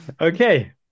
okay